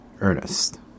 Ernest